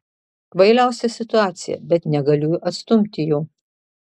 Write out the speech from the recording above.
kvailiausia situacija bet negaliu atstumti jo